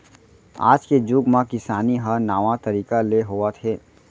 आज के जुग म किसानी ह नावा तरीका ले होवत हे